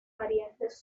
parientes